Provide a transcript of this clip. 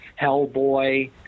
Hellboy